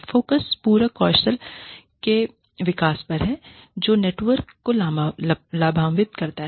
focus पूरक कौशल के विकास पर है जो नेटवर्क को लाभान्वित करेगा